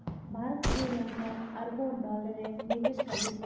भारत श्री लंकात अरबों डॉलरेर निवेश करील की